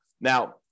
Now